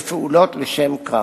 פעולות לשם כך.